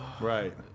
Right